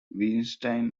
weinstein